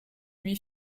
lui